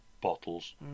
bottles